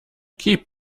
keep